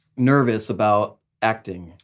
nervous about acting?